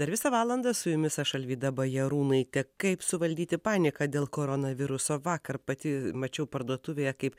dar visą valandą su jumis aš alvyda bajarūnaitė kaip suvaldyti paniką dėl koronaviruso vakar pati mačiau parduotuvėje kaip